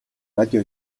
радио